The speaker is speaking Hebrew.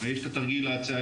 יש היום את התרגיל הצה"לי.